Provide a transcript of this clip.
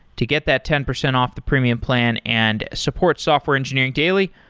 to get that ten percent off the premium plan and support software engineering daily,